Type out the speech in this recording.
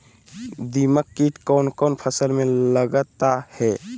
दीमक किट कौन कौन फसल में लगता है?